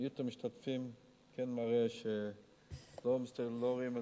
מיעוט המשתתפים כן מראה שלא רואים חשיבות.